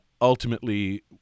ultimately